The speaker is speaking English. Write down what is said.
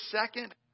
second